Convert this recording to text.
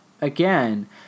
again